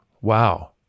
Wow